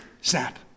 snap